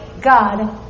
God